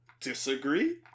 disagree